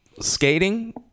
skating